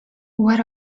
what